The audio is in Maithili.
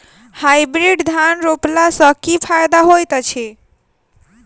हाइब्रिड धान रोपला सँ की फायदा होइत अछि?